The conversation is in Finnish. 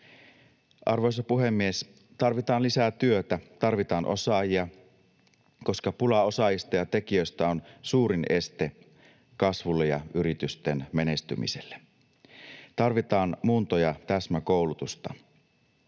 Arvoisa puhemies! Tarvitaan lisää työtä, tarvitaan osaajia, koska pula osaajista ja tekijöistä on suurin este kasvulle ja yritysten menestymiselle. Tarvitaan muunto- ja täsmäkoulutusta.